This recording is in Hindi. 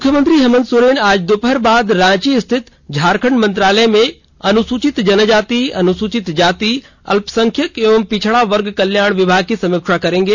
मुख्यमंत्री हेमंत सोरेन आज दोपहर बाद रांची स्थित झारखंड मंत्रालय में अनुसूचित जनजाति अनुसूचित जाति अल्पसंख्यक एवं पिछड़ा वर्ग कल्याण विभाग की समीक्षा करेंगे